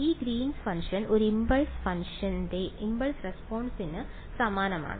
ഈ green's function ഒരു impulse റെസ്പോൺസ്ന് സമാനമാണ്